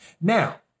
Now